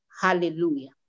Hallelujah